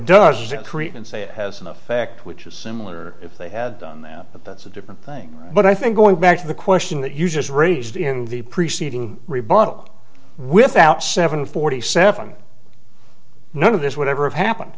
it create and say it has an effect which is similar if they had done that but that's a different thing but i think going back to the question that you just raised in the preceding rebuttal without seven forty seven none of this whatever of happened